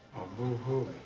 boo hoo.